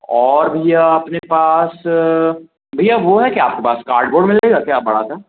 और भैया अपने पास भैया वो है क्या आपके पास कार्डबोर्ड मिलेगा क्या बड़ा सा